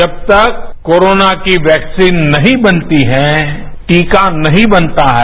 जब तक कोरोना की वैक्सीन नहीं बनती है टीका नहीं बनता है